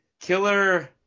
killer